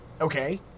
Okay